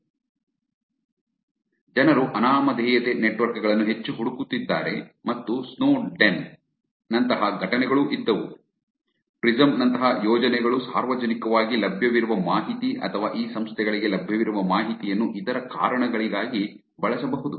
ಆದ್ದರಿಂದ ಜನರು ಅನಾಮಧೇಯತೆ ನೆಟ್ವರ್ಕ್ ಗಳನ್ನು ಹೆಚ್ಚು ಹುಡುಕುತ್ತಿದ್ದಾರೆ ಮತ್ತು ಸ್ನೋಡೆನ್ ನಂತಹ ಘಟನೆಗಳೂ ಇದ್ದವು ಪ್ರಿಸಂ ನಂತಹ ಯೋಜನೆಗಳು ಸಾರ್ವಜನಿಕವಾಗಿ ಲಭ್ಯವಿರುವ ಮಾಹಿತಿ ಅಥವಾ ಈ ಸಂಸ್ಥೆಗಳಿಗೆ ಲಭ್ಯವಿರುವ ಮಾಹಿತಿಯನ್ನು ಇತರ ಕಾರಣಗಳಿಗಾಗಿ ಬಳಸಬಹುದು